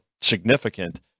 significant